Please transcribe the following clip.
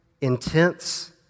intense